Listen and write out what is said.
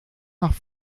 nach